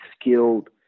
skilled